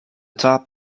top